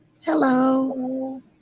Hello